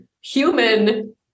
human